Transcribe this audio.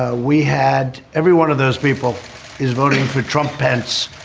ah we had every one of those people is voting for trump pants.